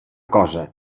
cosa